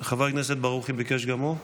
חבר הכנסת ברוכי ביקש גם הוא.